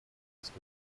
mixed